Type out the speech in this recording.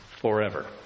forever